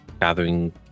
gathering